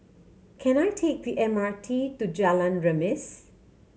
can I take the M R T to Jalan Remis